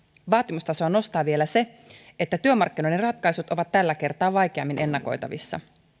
vaatimustasoa nostaa vielä se että työmarkkinoiden ratkaisut ovat tällä kertaa vaikeammin ennakoitavissa